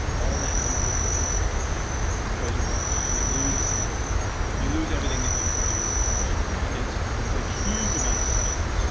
all that you've been working for goes away. you lose you lose everything that you've dreamed of accomplishing. and it's it's a huge amount of pressure.